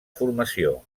formació